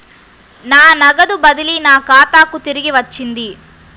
నా నగదు బదిలీ నా ఖాతాకు తిరిగి వచ్చింది